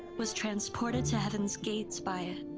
was transported to heaven's gates by it,